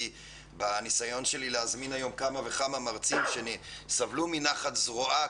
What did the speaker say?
כי ניסיתי להזמין היום כמה וכמה מרצים שסבלו מנחת זרועה,